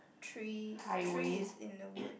tree tree is in the wood